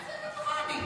תראה איזה טובה אני,